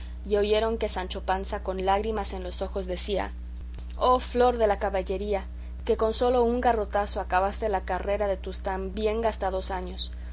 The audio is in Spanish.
oyeron que sancho panza con lágrimas en los ojos decía oh flor de la caballería que con solo un garrotazo acabaste la carrera de tus tan bien gastados años